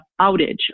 outage